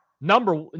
Number